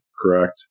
correct